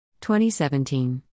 2017